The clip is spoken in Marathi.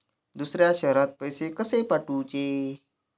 दुसऱ्या शहरात पैसे कसे पाठवूचे?